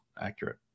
accurate